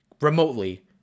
remotely